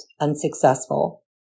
unsuccessful